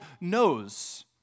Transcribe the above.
knows